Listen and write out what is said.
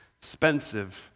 expensive